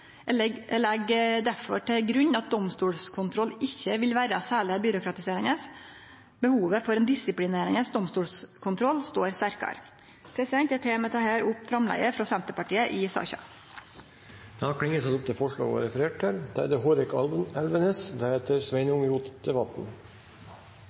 Eg legg derfor til grunn at domstolskontroll ikkje vil vere særleg byråkratiserande. Behovet for ein disiplinerande domstolskontroll står sterkare. Eg tek med dette opp framlegget frå Senterpartiet i saka. Representanten Jenny Klinge har tatt opp det forslaget hun refererte til.